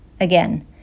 Again